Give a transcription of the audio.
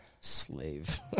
Slave